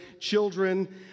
children